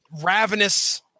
ravenous